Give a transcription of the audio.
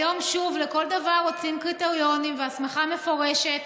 היום שוב לכל דבר רוצים קריטריונים והסמכה מפורשת,